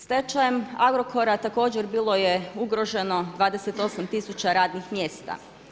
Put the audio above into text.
Stečajem Agrokora, također bilo je ugroženo 28000 radnih mjesta.